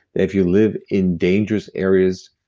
if you live in dangerous areas,